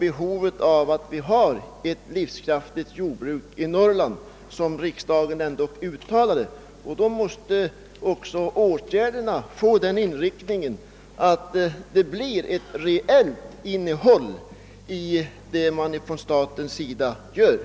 Skall det bli möjligt att bevara ett livskraftigt jordbruk i Norrland, vilket riksdagen ändock har uttalat sig för, måste också åtgärderna få den inriktningen, att det som man gör från statens sida får ett reellt innehåll och inte begränsa stödåtgärderna till bara KR-gårdar.